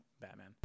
Batman